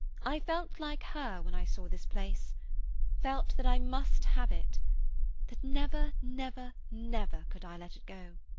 i felt like her when i saw this place felt that i must have it that never, never, never could i let it go